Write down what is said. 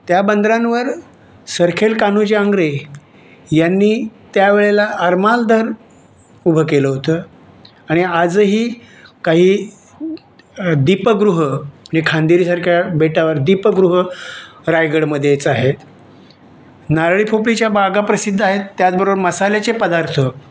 त्या बंदरांवर सरखेल कान्होजी आंग्रे यांनी त्यावेळेला आरमार दल उभं केलं होतं आणि आजही काही दीपगृह हे खांदेरी सारख्या बेटावर दीपगृह रायगडमध्येच आहे नारळी पोफळीच्या बागा प्रसिद्ध आहेत त्याचबरोबर मसाल्याचे पदार्थ